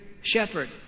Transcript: shepherd